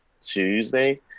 Tuesday